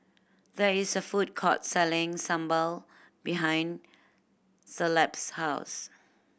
there is a food court selling sambal behind Caleb's house